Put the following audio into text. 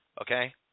Okay